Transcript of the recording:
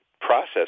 process